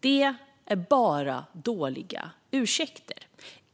Det är bara dåliga ursäkter.